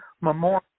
Memorial